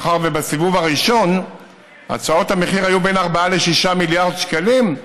מאחר שבסיבוב הראשון הצעות המחיר היו בין 4 ל-6 מיליארד שקלים,